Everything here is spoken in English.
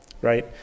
right